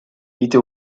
vite